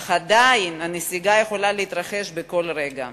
אך עדיין הנסיגה יכולה להתרחש בכל רגע.